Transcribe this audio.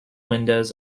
windows